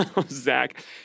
Zach